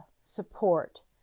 support